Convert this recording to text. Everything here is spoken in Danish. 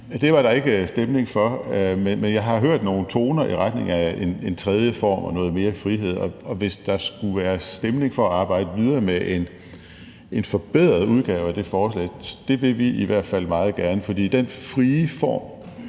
det var der ikke stemning for. Men jeg har hørt nogle toner i retning af en tredje form og noget mere frihed, og hvis der skulle være stemning for at arbejde videre med en forbedret udgave af det forslag, så vil vi i hvert fald meget gerne det. For den frie form